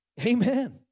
Amen